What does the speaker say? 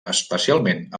especialment